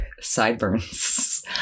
sideburns